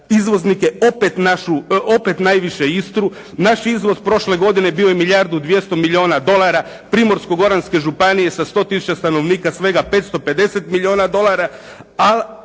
izvoznike, opet najviše Istru. Naš izvoz prošle godine bio je milijardu i dvjesto milijuna dolara, Primorsko-goranske županije sa 100 tisuća stanovnika svega 550 milijuna dolara,